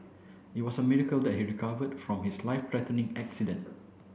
it was a miracle that he recovered from his life threatening accident